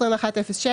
21.06,